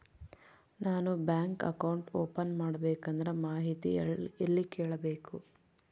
ನಾನು bank account open ಮಾಡಬೇಕಂದ್ರ ಮಾಹಿತಿ ಎಲ್ಲಿ ಕೇಳಬೇಕು?